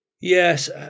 Yes